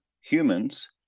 humans